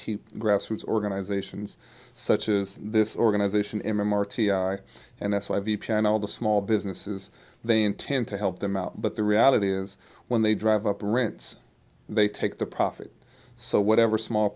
keep grassroots organizations such as this organization m m r t and that's why the panel the small businesses they intend to help them out but the reality is when they drive up rents they take the profit so whatever small